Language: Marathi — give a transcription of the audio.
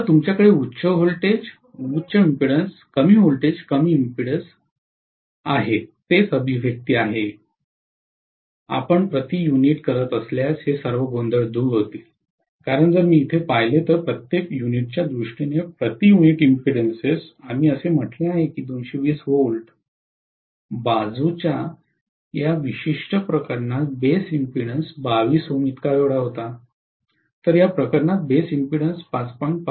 तर तुमच्याकडे उच्च व्होल्टेज उच्च इम्पीडेन्सस कमी व्होल्टेज कमी इम्पीडेन्सस तेच अभिव्यक्ती आहे आपण प्रति युनिट करत असल्यास हे सर्व गोंधळ दूर होतील कारण जर मी येथे पाहिले तर प्रत्येक युनिटच्या दृष्टीने प्रति युनिट इम्पीडेन्सस आम्ही असे म्हटले आहे की 220 V बाजूच्या या विशिष्ट प्रकरणात बेस इम्पीडेन्सस 22 Ω होता तर या प्रकरणात बेस इम्पीडेन्सस 5